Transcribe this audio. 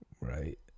Right